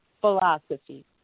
philosophy